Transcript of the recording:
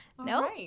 No